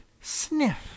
sniff